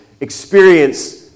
experience